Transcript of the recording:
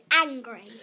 angry